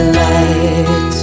light